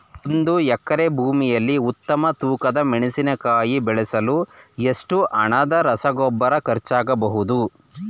ಒಂದು ಎಕರೆ ಭೂಮಿಯಲ್ಲಿ ಉತ್ತಮ ತೂಕದ ಮೆಣಸಿನಕಾಯಿ ಬೆಳೆಸಲು ಎಷ್ಟು ಹಣದ ರಸಗೊಬ್ಬರ ಖರ್ಚಾಗಬಹುದು?